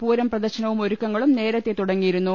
പൂരം പ്രദർശനവും ഒരുക്കങ്ങളും നേരത്തെ തുട ങ്ങിയിരുന്നു